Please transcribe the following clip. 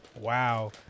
Wow